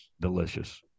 Delicious